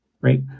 right